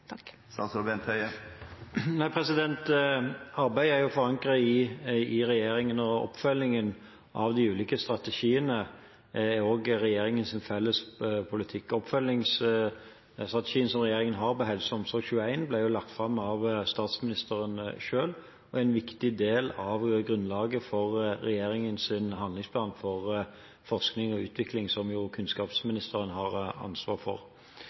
Arbeidet er forankret i regjeringen, og oppfølgingen av de ulike strategiene er også regjeringens felles politikk. Oppfølgingsstrategien som regjeringen har på HelseOmsorg21, ble lagt fram av statsministeren selv, og er en viktig del av grunnlaget for regjeringens handlingsplan for forskning og utvikling, som kunnskapsministeren har ansvar for.